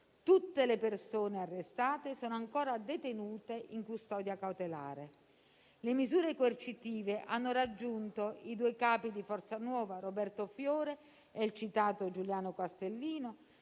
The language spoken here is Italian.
Tutte le persone arrestate sono ancora detenute in custodia cautelare. Le misure coercitive hanno raggiunto i due capi di Forza Nuova, Roberto Fiore e Giuliano Castellino,